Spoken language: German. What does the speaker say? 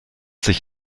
sich